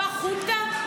לא שמעתי את זה בחיים שלי.